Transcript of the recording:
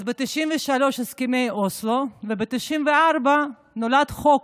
אז ב-1993, הסכמי אוסלו, וב-1994 נולד חוק,